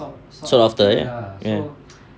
sought after ya